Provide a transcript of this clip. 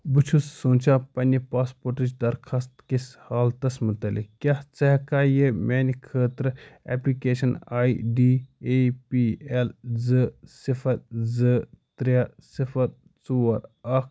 بہٕ چھُس سونٛچان پننہِ پاسپورٹٕچ درخوٛاست کِس حالتس متعلق کیٛاہ ژٕ ہیٚکہٕ کھا یہِ میٛانہِ خٲطرٕ application A D A P L زٕ صِفر زٕ ترٛےٚ صِفر ژور اَکھ